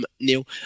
Neil